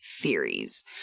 theories